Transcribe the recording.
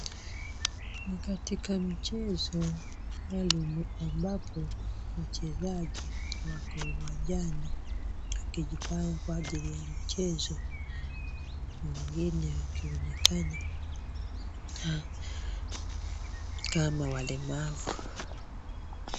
Ni katika michezo maalum ambapo wachezaji wako uwanjani wakijipanga kwa ajili ya michezo na wengine wakionekana kama walemavu.